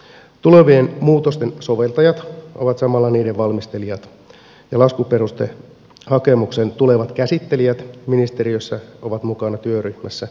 tulevien muutosten soveltajat ovat samalla niiden valmistelijat ja laskuperustehakemuksen tulevat käsittelijät ministeriössä ovat mukana työryhmässä asiantuntijoina